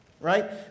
right